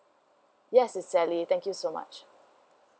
yes is sally thank you so much